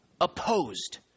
opposed